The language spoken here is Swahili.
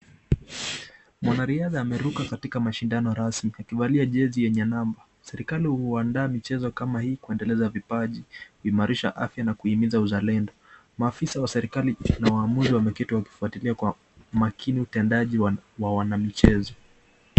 Mwanariadha ameruka katika mashindano ya rasmi akivalia jezi yenye number . Serikali hundaa michezo kama hii kuondeleza vipaji, kuimarisha afya na kuhimiza uzalendo. Maafisa waserikali pia na wamuuzi wameketi wakifuatilia kwa makini utendaji wa wanamchezo.